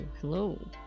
hello